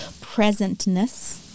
presentness